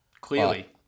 Clearly